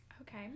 Okay